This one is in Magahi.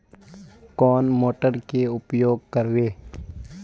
कौन मोटर के उपयोग करवे?